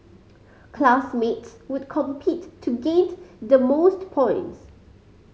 classmates would compete to gained the most points